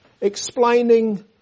explaining